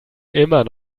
immer